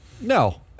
No